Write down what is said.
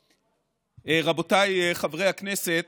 רבותיי חברי הכנסת,